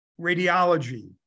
radiology